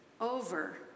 over